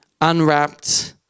unwrapped